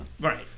right